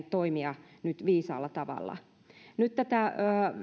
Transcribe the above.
toimia nyt viisaalla tavalla nyt tätä